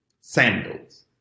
sandals